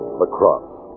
lacrosse